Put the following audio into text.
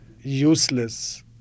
useless